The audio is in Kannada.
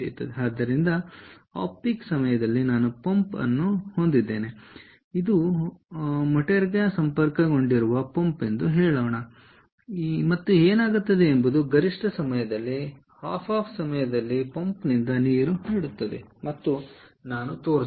ಆದ್ದರಿಂದ ಆಫ್ ಪೀಕ್ ಸಮಯದಲ್ಲಿ ನಾನು ಪಂಪ್ ಅನ್ನು ಹೊಂದಿದ್ದೇನೆ ಇದು ಮೋಟರ್ಗೆ ಸಂಪರ್ಕಗೊಂಡಿರುವ ಪಂಪ್ ಎಂದು ಹೇಳೋಣ ಮತ್ತು ಏನಾಗುತ್ತದೆ ಎಂಬುದು ಗರಿಷ್ಠ ಸಮಯದಲ್ಲಿ ಆಫ್ ಪಂಪ್ ಸಮಯದಲ್ಲಿ ಪಂಪ್ನಿಂದ ಹೇಗೆ ನೀರು ಹರಡುತ್ತದೆ ಎಂದು ನಾನು ಸ್ಕೀಮ್ಯಾಟಿಕ್ನಲ್ಲಿ ತೋರಿಸಿದ್ದೇನೆ